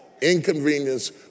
inconvenience